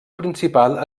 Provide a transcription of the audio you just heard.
principal